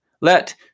Let